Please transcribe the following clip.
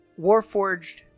warforged